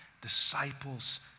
disciples